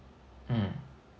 mm